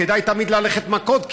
כדאי תמיד ללכת מכות,